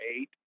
eight